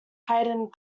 heightened